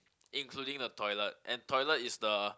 including the toilet and toilet is the